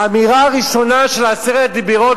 האמירה הראשונה של עשרת הדיברות,